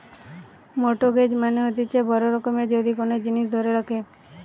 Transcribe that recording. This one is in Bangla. মর্টগেজ মানে হতিছে বড় রকমের যদি কোন জিনিস ধরে রাখে